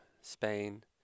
Spain